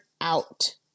out